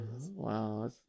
wow